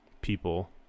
people